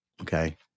Okay